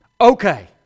Okay